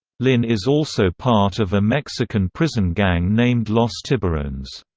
lynn is also part of a mexican prison gang named los tiburones.